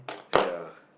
ya